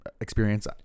experience